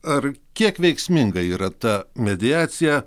ar kiek veiksminga yra ta mediacija